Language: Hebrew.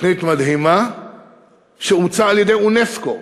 תוכנית מדהימה שאומצה על-ידי אונסק"ו.